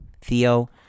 Theo